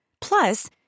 Plus